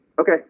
okay